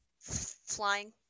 flying